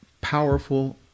powerful